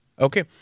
Okay